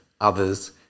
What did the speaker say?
others